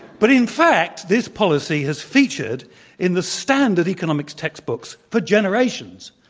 but in fact, this policy has featured in the standard economic textbooks for generations.